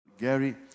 Gary